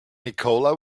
nikola